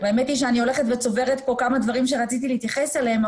האמת היא שאני הולכת וצוברת פה כמה דברים שרציתי להתייחס אליהם,